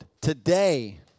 today